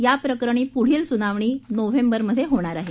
या प्रकरणी प्ढील सुनावणी नोव्हेंबरमधे होणार आहे